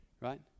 Right